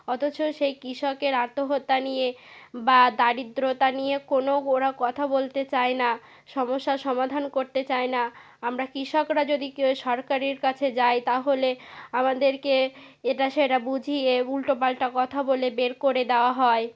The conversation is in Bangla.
অথচ সেই কৃষকের আত্মহত্যা নিয়ে বা দারিদ্রতা নিয়ে কোনো ওরা কথা বলতে চায় না সমস্যার সমাধান করতে চায় না আমরা কৃষকরা যদি কেউ সরকারের কাছে যাই তাহলে আমাদেরকে এটা সেটা বুঝিয়ে উল্টো পাল্টা কথা বলে বের করে দাওয়া হয়